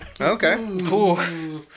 Okay